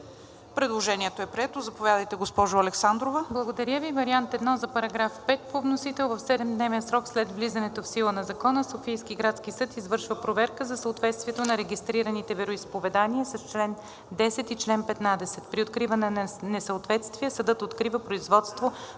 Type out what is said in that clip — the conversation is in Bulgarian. Предложението е прието. Заповядайте, госпожо Александрова. ДОКЛАДЧИК АННА АЛЕКСАНДРОВА: Благодаря Ви. Вариант 1 за § 5 по вносител: „§ 5. В 7-дневен срок след влизането в сила на закона Софийският градски съд извършва проверка за съответствието на регистрираните вероизповедания с чл. 10 и чл. 15. При откриване на несъответствие съдът открива производство